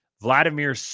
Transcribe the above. Vladimir